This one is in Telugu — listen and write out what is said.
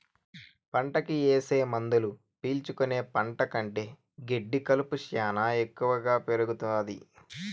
పంటకి ఏసే మందులు పీల్చుకుని పంట కంటే గెడ్డి కలుపు శ్యానా ఎక్కువగా పెరుగుతాది